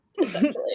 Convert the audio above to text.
essentially